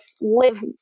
live